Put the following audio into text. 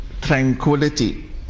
tranquility